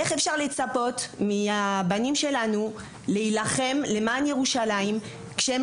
אז איך אפשר לצפות מהחיילים שלנו להילחם למען ירושלים אם הם